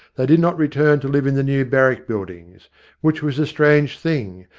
they did not return to live in the new barrack-buildings which was a strange thing,